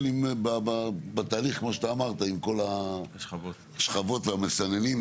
כפי שנאמר יש מספיק גמישויות כבר.